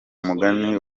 mugani